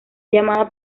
llamada